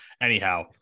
Anyhow